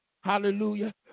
hallelujah